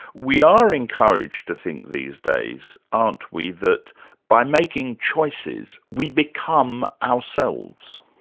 we are encouraged to think these days aren't we, that by making choices, we become ourselves?